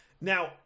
Now